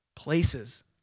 places